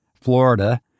Florida